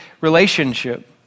relationship